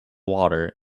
water